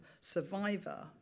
survivor